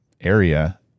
area